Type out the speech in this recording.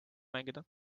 mängida